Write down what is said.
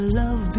love